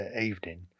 evening